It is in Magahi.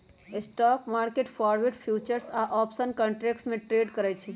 स्टॉक मार्केट फॉरवर्ड, फ्यूचर्स या आपशन कंट्रैट्स में ट्रेड करई छई